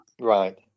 Right